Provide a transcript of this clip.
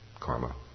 karma